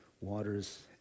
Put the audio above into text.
waters